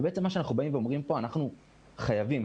אנחנו אומרים שאנחנו חייבים